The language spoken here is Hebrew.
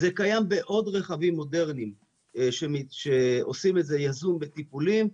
זה קיים בעוד רכבים מודרניים שעושים את זה יזום בטיפולים.